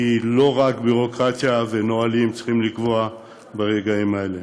כי לא רק ביורוקרטיה ונהלים צריכים לקבוע ברגעים האלה.